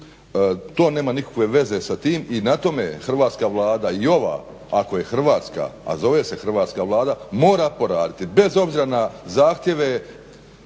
To nema nikakve veze sa tim i na tome Hrvatska Vlada i ova ako je Hrvatska ako je Hrvatska a zove se Hrvatska mora poraditi bez obzira na zahtjeve